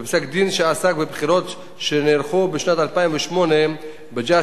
בפסק-דין שעסק בבחירות שנערכו בשנת 2008 בג'סר-א-זרקא,